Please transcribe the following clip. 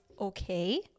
Okay